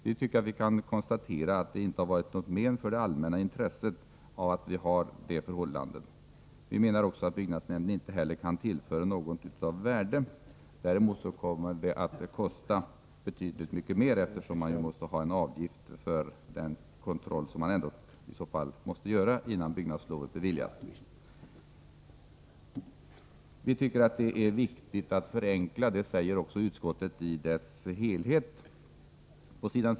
Vi tycker att vi kan konstatera att det förhållandet inte varit till något men för det allmänna intresset. Vi menar också att byggnadsnämnden inte kan tillföra något av värde. Däremot kommer det att kosta betydligt mer, eftersom man ju måste ta ut en avgift för den kontroll som i så fall skall göras innan byggnadslovet beviljas. Vi tycker att det är viktigt att förenkla, och det säger också utskottet i sin helhet på s.